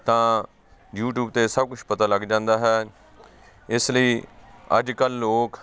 ਤਾਂ ਯੂਟਿਊਬ 'ਤੇ ਸਭ ਕੁਛ ਪਤਾ ਲੱਗ ਜਾਂਦਾ ਹੈ ਇਸ ਲਈ ਅੱਜ ਕੱਲ੍ਹ ਲੋਕ